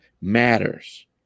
matters